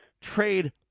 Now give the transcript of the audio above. trade